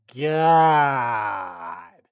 god